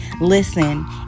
listen